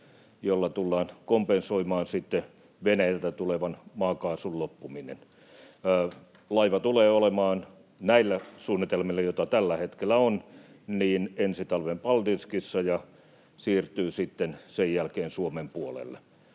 jolla tullaan kompensoimaan sitten Venäjältä tulevan maakaasun loppuminen. Laiva tulee olemaan näillä suunnitelmilla, joita tällä hetkellä on, ensi talven Paldiskissa ja siirtyy sitten sen jälkeen Suomen puolelle.